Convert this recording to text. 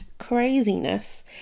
Craziness